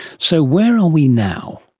so where are we now?